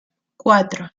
cuatro